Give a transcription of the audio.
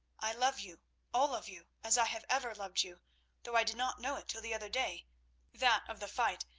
i love you all of you, as i have ever loved you though i did not know it till the other day that of the fight,